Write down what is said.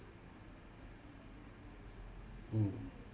mm